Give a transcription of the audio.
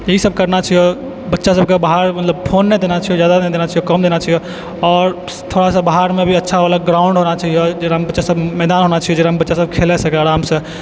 ईसब करना छिओ आओर बच्चा सबके बाहर मतलब फोन नहि देना छिओ ज्यादा नहि देना छिओ कम देना छिओ आओर थोड़ा सा बाहरमे भी अच्छावला ग्राउण्ड होना चाहिओ जेना बच्चा सबके मैदान होना छिओ जाहिठाम बच्चासब खेलि सकै आरामसँ